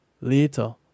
Later